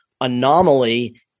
anomaly